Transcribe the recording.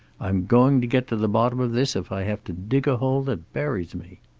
i'm going to get to the bottom of this if i have to dig a hole that buries me.